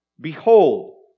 behold